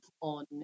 on